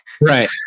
Right